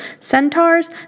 centaurs